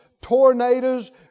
tornadoes